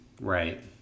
Right